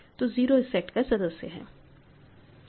तो 0 इस सेट का सदस्य है